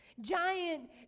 Giant